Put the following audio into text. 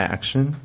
Action